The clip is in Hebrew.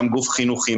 גם גוף חינוכי,